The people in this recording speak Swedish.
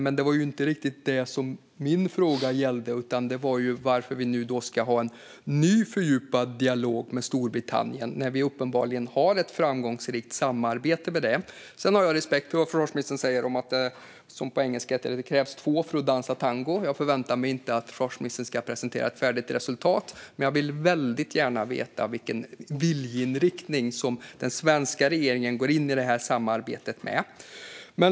Men det var inte riktigt det min fråga gällde, utan min fråga var varför vi ska ha en ny, fördjupad dialog med Storbritannien när vi uppenbarligen har ett framgångsrikt samarbete med dem. Jag har respekt för det försvarsministern säger om att det, som det heter på engelska, krävs två parter för att dansa tango. Jag förväntar mig inte att försvarsministern ska presentera ett färdigt resultat, men jag vill väldigt gärna veta med vilken viljeinriktning den svenska regeringen går in i det här samarbetet.